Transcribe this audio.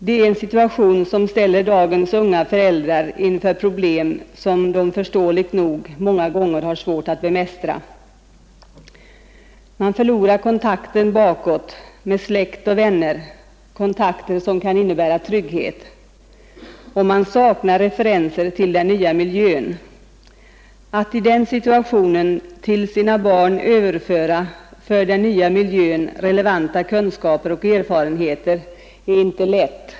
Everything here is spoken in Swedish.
Det är en situation som ställer dagens unga föräldrar inför problem som de förståeligt nog många gånger har svårt att bemästra. Man förlorar kontakten bakåt, med släkt och vänner, kontakter som kan innebära trygghet, och man saknar referenser till den nya miljön. Att i den situationen till sina barn överföra för den nya miljön relevanta kunskaper och erfarenheter är inte lätt.